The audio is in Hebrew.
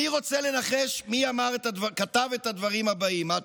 מי רוצה לנחש מי כתב את הדברים הבאים, מטי?